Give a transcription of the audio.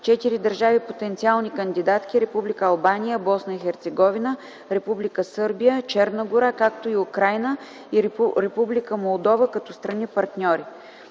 4 държави потенциални кандидатки – Република Албания, Босна и Херцеговина, Република Сърбия, Черна гора, както и Украйна и Република Молдова като страни - партньори.